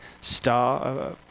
star